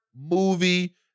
movie